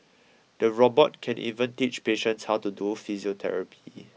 the robot can even teach patients how to do physiotherapy